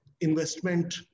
investment